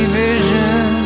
vision